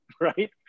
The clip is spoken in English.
right